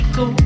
go